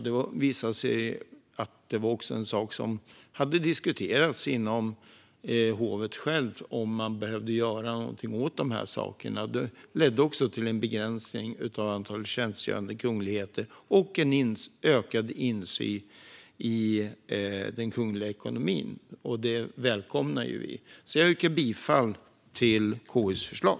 Det visade sig att det också inom hovet hade diskuterats om man behövde göra någonting åt de här sakerna. Det ledde till en begränsning av antalet tjänstgörande kungligheter och en ökad insyn i den kungliga ekonomin. Det välkomnar vi. Jag yrkar bifall till KU:s förslag.